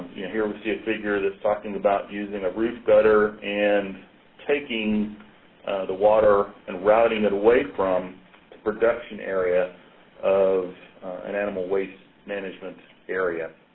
here we see a figure that's talking about using a roof gutter and taking the water and routing it away from the production area of an animal waste management area.